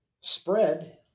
spread